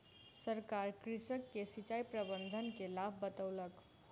सरकार कृषक के सिचाई प्रबंधन के लाभ बतौलक